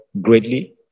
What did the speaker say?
Greatly